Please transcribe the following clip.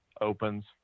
opens